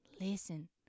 listen